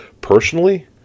Personally